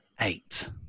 Eight